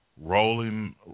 rolling